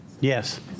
Yes